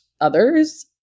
others